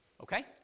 okay